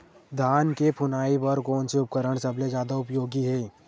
धान के फुनाई बर कोन से उपकरण सबले जादा उपयोगी हे?